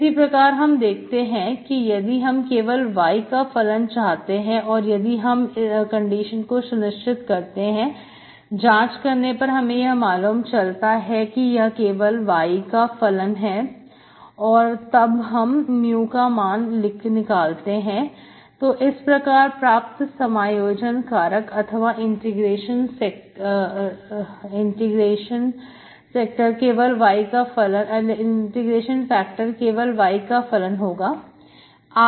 इसी प्रकार हम देखते हैं कि यदि हम केवल y का फलन चाहते हैं और यदि हम कंडीशन को सुनिश्चित करते हैं जांच करने पर हमें यह मालूम चलता है कि यह केवल y का फलन है और तब हम mu कमान निकालते हैं तो इस प्रकार प्राप्त समायोजन कारक अथवा इंटीग्रेशन सेक्टर केवल y का फलन होगा